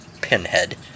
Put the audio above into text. Pinhead